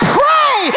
pray